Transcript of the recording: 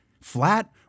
Flat